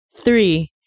Three